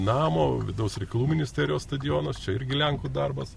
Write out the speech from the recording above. namo vidaus reikalų ministerijos stadionas čia irgi lenkų darbas